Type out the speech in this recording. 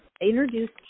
introduced